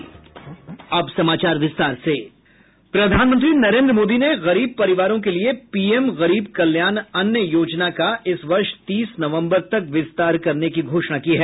प्रधानमंत्री नरेंद्र मोदी ने गरीब परिवारों के लिए पीएम गरीब कल्याण अन्न योजना का इस वर्ष तीस नवम्बर तक विस्तार करने की घोषणा की है